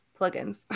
plugins